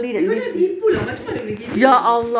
eh kau jangan tipu lah macam mana boleh gini